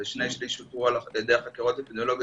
שני שלישים אותרו על ידי החקירות האפידמיולוגיות.